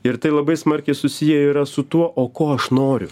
ir tai labai smarkiai susiję yra su tuo o ko aš noriu